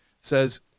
says